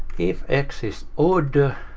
if x is odd,